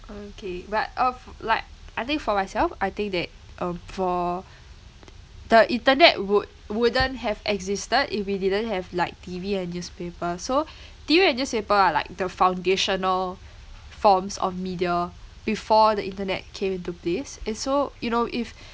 okay but uh like I think for myself I think that um for the internet would wouldn't have existed if we didn't have like T_V and newspaper so T_V and newspaper are like the foundational forms of media before the internet came into place and so you know if